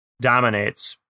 dominates